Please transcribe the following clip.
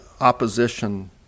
opposition